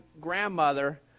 grandmother